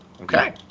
Okay